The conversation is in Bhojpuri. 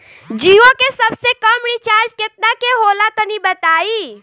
जीओ के सबसे कम रिचार्ज केतना के होला तनि बताई?